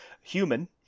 human